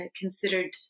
considered